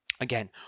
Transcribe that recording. again